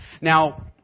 Now